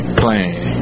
playing